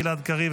גלעד קריב,